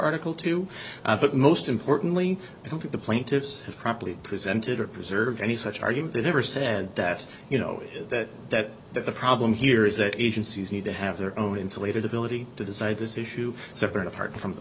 article two but most importantly i hope that the plaintiffs have properly presented or preserve any such argument they never said that you know that that that the problem here is that agencies need to have their own insulated ability to decide this issue separate apart from the